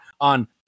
on